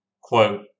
Quote